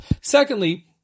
Secondly